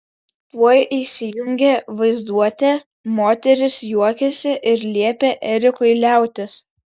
tuoj įsijungė vaizduotė moteris juokėsi ir liepė erikui liautis